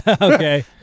okay